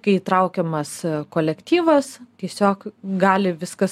kai įtraukiamas kolektyvas tiesiog gali viskas